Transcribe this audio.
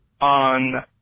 on